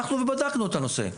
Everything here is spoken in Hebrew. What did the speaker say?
בדקנו את הנושא.